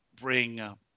bring